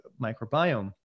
microbiome